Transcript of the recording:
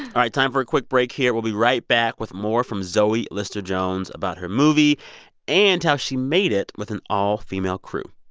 right, time for a quick break, here. we'll be right back with more from zoe lister-jones about her movie and how she made it with an all-female crew.